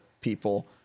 people